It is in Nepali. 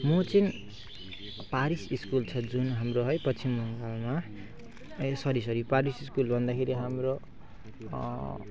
म चाहिँ पारिस स्कुल छ जुन हाम्रो है पच्छिम बङ्गालमा ए सरी सरी पारिस स्कुल भन्दाखेरि हाम्रो